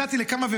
הצעתי לכמה,